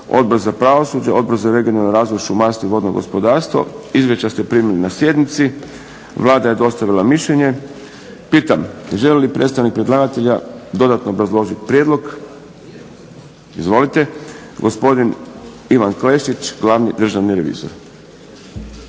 Odbor za pravosuđe, Odbor za regionalni razvoj, šumarstvo i vodno gospodarstvo. Izvješća ste primili na sjednici. Vlada je dostavila mišljenje. Pitam, želi li predstavnik predlagatelja dodatno obrazložiti prijedlog? Izvolite. Gospodin Ivan Klešić glavni državni revizor.